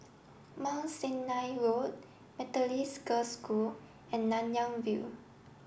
Mount Sinai Road Methodist Girls' School and Nanyang View